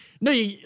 No